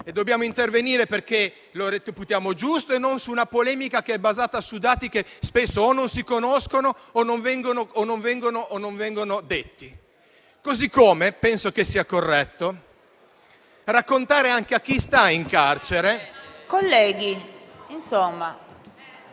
dobbiamo intervenire perché lo reputiamo giusto e non su una polemica che è basata su dati che spesso o non si conoscono o non vengono detti. Così come penso che sia corretto raccontare anche a chi sta in carcere…